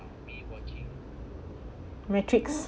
matrix